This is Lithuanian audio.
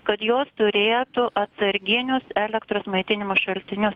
kad jos turėtų atsarginius elektros maitinimo šaltinius